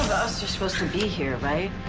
us are supposed to be here, right?